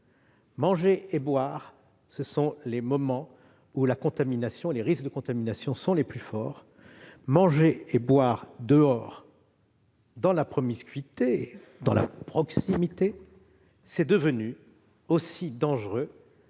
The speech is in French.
Manger et boire sont les moments où les risques de contamination sont les plus forts ; manger et boire dehors, dans la promiscuité, dans la proximité, est devenu aussi dangereux